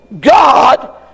God